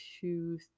two